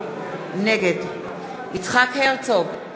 נגד יצחק הרצוג,